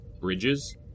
bridges